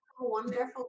wonderful